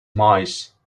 mice